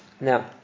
Now